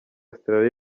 australia